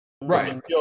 Right